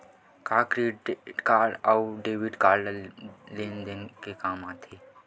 का क्रेडिट अउ डेबिट लेन देन के काम आथे?